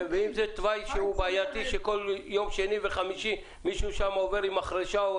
ואם זה תוואי בעייתי שכל יום שני וחמישי מישהו שם עובר עם מחרשה?